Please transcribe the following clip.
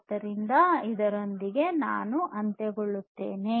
ಆದ್ದರಿಂದ ಇದರೊಂದಿಗೆ ನಾವು ಅಂತ್ಯಗೊಳ್ಳುತ್ತೇವೆ